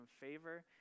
favor